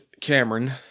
Cameron